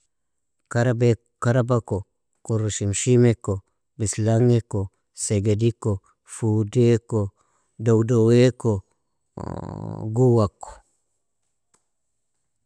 Karabee karabako, korshimshimeko, bisilangiko, segediko, fudeeko, dowdoeeko, guwako.